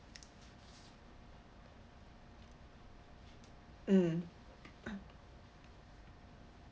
mm